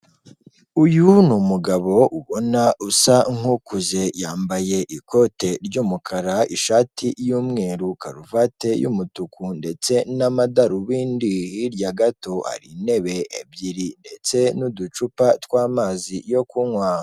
Uyu ni umugabo ubona usa nk'ukuze yambaye ikote ry'umukara ishati y'umweru karuvati y'umutuku ndetse n'amadarubindi hirya gato hari intebe ebyiri ndetse n'uducupa tw'amazi yo kunywa.